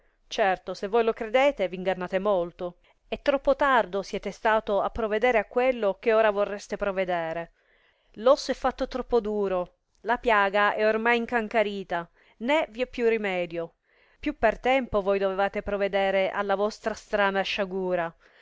certo se voi lo credete v ingannate molto e troppo tardo siete stato a provedere a quello che ora vorreste provedere l osso è fatto troppo duro la piaga è ormai incancarìta né vi é più rimedio più per tempo voi dovevate provedere alla vostra strana sciagura